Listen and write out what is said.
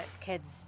kids